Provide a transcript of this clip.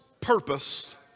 purpose